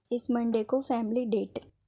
اس Monday کو family date